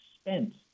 spent